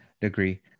degree